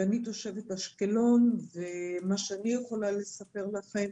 ואני תושבת אשקלון, ומה שאני יכולה לספר לכם